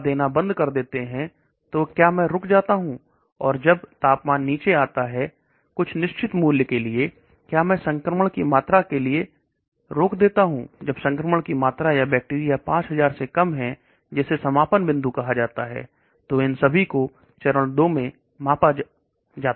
दवा देना बंद कर देते हैं तो क्या मैं रुक जाता हूं और जब तापमान नीचे आता है उचित मूल्य के लिए क्या में संक्रमण की मात्रा के लिए रोक देता हूं जब संक्रमण की मात्रा या बैक्टीरिया 5000 से कम है जिसे समापन बिंदु कहा जाता है इन सभी को चरण 2 में मापा जाता है